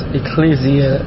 ecclesia